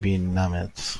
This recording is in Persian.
بینمت